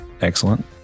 excellent